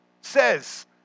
says